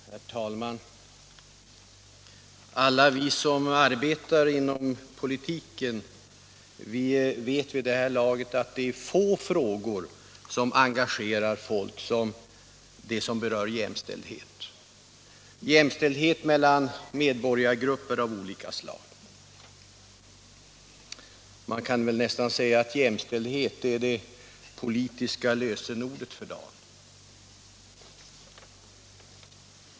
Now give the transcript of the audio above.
Herr talman! Alla vi som arbetar inom politiken vet vid det här laget att få frågor engagerar folk så mycket som de som berör jämställdhet —- jämställdhet mellan medborgargrupper av olika slag. Man kan väl säga att jämställdhet är det politiska lösenordet för dagen.